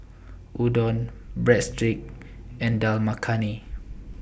Udon Breadsticks and Dal Makhani